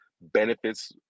benefits